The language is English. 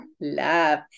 love